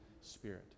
Spirit